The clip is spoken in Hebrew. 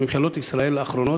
ממשלות ישראל האחרונות,